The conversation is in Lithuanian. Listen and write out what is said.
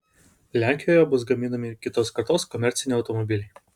lenkijoje bus gaminami kitos kartos komerciniai automobiliai